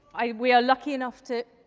we are lucky enough to,